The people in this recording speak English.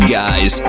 guys